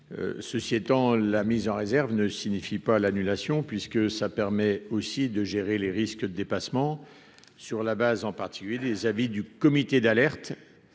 ceci étant la mise en réserve ne signifie pas l'annulation puisque ça permet aussi de gérer les risques de dépassement. Sur la base, en particulier les avis du comité d'alerte